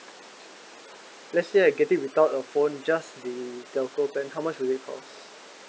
let's say I get it without a phone just the telco plan how much will it cost